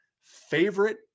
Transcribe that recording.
favorite